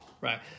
right